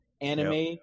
anime